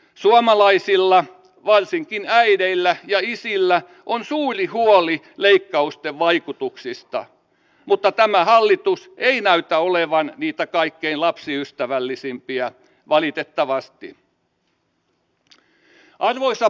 suomalaisilla varsinkin äideillä ja isillä on suuri huoli leikkausten vaikutuksista mutta tämä hallitus ei näytä olevan niitä kaikkein lapsiystävällisimpiä valitettavasti